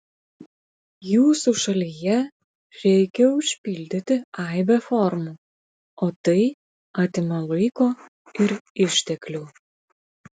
jūsų šalyje reikia užpildyti aibę formų o tai atima laiko ir išteklių